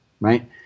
Right